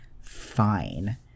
fine